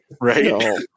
Right